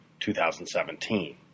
2017